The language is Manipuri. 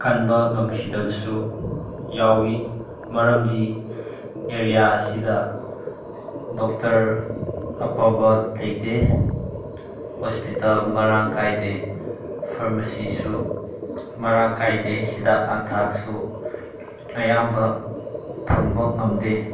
ꯀꯟꯕ ꯉꯝꯈꯤꯗꯕꯁꯨ ꯌꯥꯎꯏ ꯃꯔꯝꯗꯤ ꯑꯦꯔꯤꯌꯥ ꯑꯁꯤꯗ ꯗꯣꯛꯇꯔ ꯑꯐꯕ ꯂꯩꯇꯦ ꯍꯣꯁꯄꯤꯇꯥꯜ ꯃꯔꯥꯡ ꯀꯥꯏꯗꯦ ꯐꯥꯔꯃꯥꯁꯤꯁꯨ ꯃꯔꯥꯡ ꯀꯥꯏꯗꯦ ꯍꯤꯗꯥꯛ ꯂꯥꯡꯊꯛꯁꯨ ꯑꯌꯥꯝꯕ ꯐꯪꯕ ꯉꯝꯗꯦ